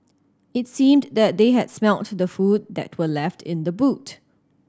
it seemed that they had smelt the food that were left in the boot